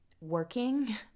working